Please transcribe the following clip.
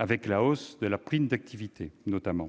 avec la hausse de la prime d'activité. L'accent